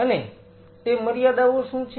અને તે મર્યાદાઓ શું છે